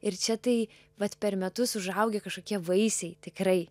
ir čia tai vat per metus užaugę kažkokie vaisiai tikrai